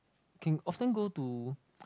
can often go to